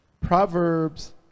Proverbs